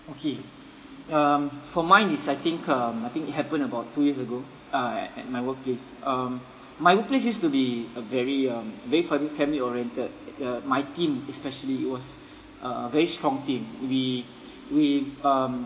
okay um for mine is I think um I think it happened about two years ago uh at at my workplace um my workplace used to be a very um very fami~ family oriented uh my team especially it was uh very strong team we we um